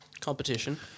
Competition